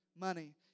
Money